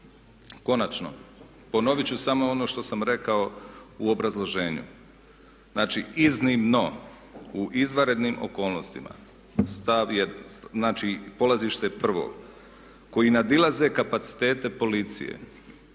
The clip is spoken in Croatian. Konačno, ponovit ću samo ono što sam rekao u obrazloženju. Znači iznimno u izvanrednim okolnostima, stav je, znači polazište je prvo koji nadilaze kapacitete policije